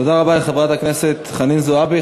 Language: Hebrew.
תודה רבה לחברת הכנסת חנין זועבי.